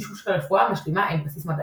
משום שלרפואה המשלימה אין בסיס מדעי.